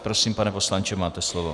Prosím, pane poslanče, máte slovo.